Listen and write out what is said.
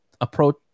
approach